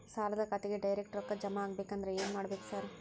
ಸಾಲದ ಖಾತೆಗೆ ಡೈರೆಕ್ಟ್ ರೊಕ್ಕಾ ಜಮಾ ಆಗ್ಬೇಕಂದ್ರ ಏನ್ ಮಾಡ್ಬೇಕ್ ಸಾರ್?